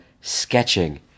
sketching